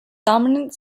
dominant